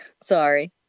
Sorry